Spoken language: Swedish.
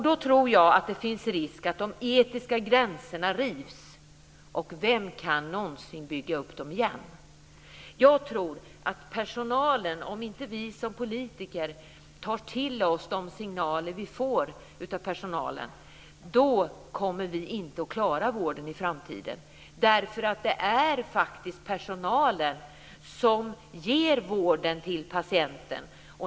Då tror jag att det finns risk för att de etiska gränserna rivs, och vem kan någonsin bygga upp dem igen? Om inte vi som politiker tar till oss de signaler som vi får av personalen kommer vi inte att klara vården i framtiden, därför att det faktiskt är personalen som ger vården till patienten.